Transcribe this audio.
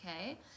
Okay